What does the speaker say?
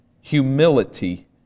Humility